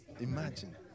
Imagine